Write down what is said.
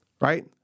right